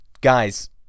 guys